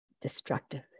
destructive